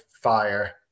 fire